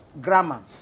grammar